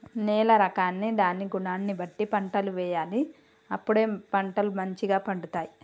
నేల రకాన్ని దాని గుణాన్ని బట్టి పంటలు వేయాలి అప్పుడే పంటలు మంచిగ పండుతాయి